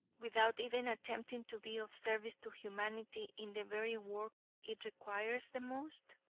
without even attempting to be of service to humanity in the very work it requires the most?